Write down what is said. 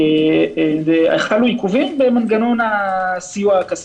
לא רלוונטי כרגע אבל חלו עיכובים במנגנון הסיוע הכספי.